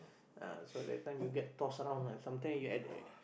ah so that time you get tossed around sometime lah you at the